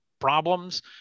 problems